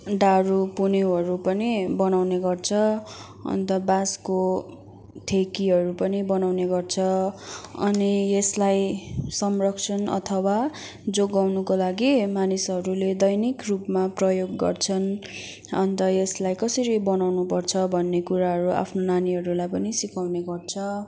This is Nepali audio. डाढु पन्युहरू पनि बनाउने गर्छ अन्त बाँसको ठेकीहरू पनि बनाउने गर्छ अनि यसलाई संरक्षण अथवा जोगाउनुको लागि मानिसहरूले दैनिक रूपमा प्रयोग गर्छन् अन्त यसलाई कसरी बनाउनुपर्छ भन्ने कुराहरू आफ्नो नानीहरूलाई पनि सिकाउने गर्छ